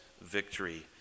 victory